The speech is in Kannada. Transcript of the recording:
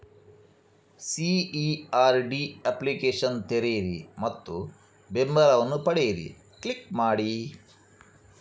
ಸಿ.ಈ.ಆರ್.ಡಿ ಅಪ್ಲಿಕೇಶನ್ ತೆರೆಯಿರಿ ಮತ್ತು ಬೆಂಬಲವನ್ನು ಪಡೆಯಿರಿ ಕ್ಲಿಕ್ ಮಾಡಿ